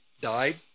died